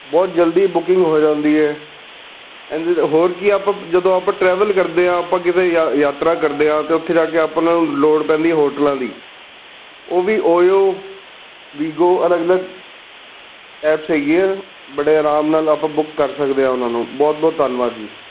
ਬਹੁਤ ਜਲਦੀ ਬੁਕਿੰਗ ਹੋ ਜਾਂਦੀ ਹੈ ਇਹਦੇ ਹੋਰ ਕੀ ਆਪਾਂ ਜਦੋਂ ਆਪਾਂ ਟਰੈਵਲ ਕਰਦੇ ਹਾਂ ਆਪਾਂ ਕਿਤੇ ਯਾ ਯਾਤਰਾ ਕਰਦੇ ਹਾਂ ਅਤੇ ਉੱਥੇ ਜਾ ਕੇ ਆਪਾਂ ਨੂੰ ਲੋੜ ਪੈਂਦੀ ਹੋਟਲਾਂ ਦੀ ਉਹ ਵੀ ਓਯੋ ਵੀਗੋ ਅਲੱਗ ਅਲੱਗ ਐਪਸ ਹੈਗੀਆ ਬੜੇ ਆਰਾਮ ਨਾਲ ਆਪਾਂ ਬੁੱਕ ਕਰ ਸਕਦੇ ਹਾਂ ਉਹਨਾਂ ਨੂੰ ਬਹੁਤ ਬਹੁਤ ਧੰਨਵਾਦ ਜੀ